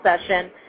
session